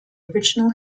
original